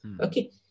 Okay